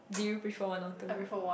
did you prefer one or two